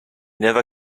never